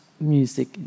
music